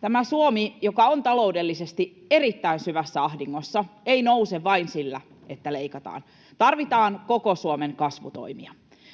Tämä Suomi, joka on taloudellisesti erittäin syvässä ahdingossa, ei nouse vain sillä, että leikataan. Tarvitaan koko Suomen kasvutoimia.